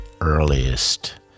earliest